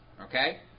Okay